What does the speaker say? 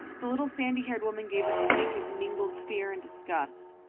the little sandy-haired woman gave a squeak of mingled fear and disgust.